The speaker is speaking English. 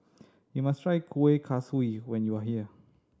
you must try Kueh Kaswi when you are here